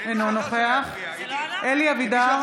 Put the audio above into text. אינו נוכח אלי אבידר,